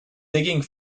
digging